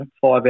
five